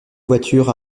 voitures